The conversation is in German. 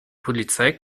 polizei